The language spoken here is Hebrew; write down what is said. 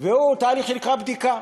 והוא תהליך שנקרא בדיקה.